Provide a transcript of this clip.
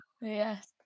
yes